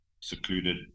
secluded